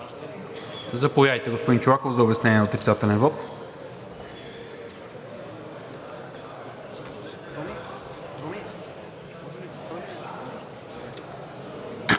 Заповядайте, господин Чолаков, за обяснение на отрицателен вот.